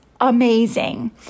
amazing